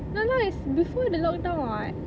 no lah it's before the lockdown [what]